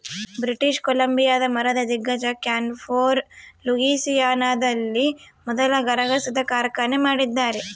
British ಕೊಲಂಬಿಯಾದ ಮರದ ದಿಗ್ಗಜ ಕ್ಯಾನ್ಫೋರ್ ಲೂಯಿಸಿಯಾನದಲ್ಲಿ ಮೊದಲ ಗರಗಸದ ಕಾರ್ಖಾನೆ ಮಾಡಿದ್ದಾರೆ